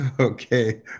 okay